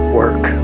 work